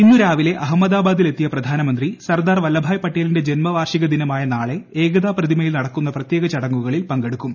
ഇന്ന് രാവില്ലെടു ആഹ്മദാബാദിൽ എത്തിയ പ്രധാനമന്ത്രി സർദാർ വല്ലഭായ് പ്പട്ടേലിന്റെ ജന്മവാർഷിക ദിനമായ നാളെ ഏകതാ പ്രതിമയിൽ ്യ നട്ട്ക്കുന്ന പ്രത്യേക ചടങ്ങുകളിൽ പങ്കെടുക്കും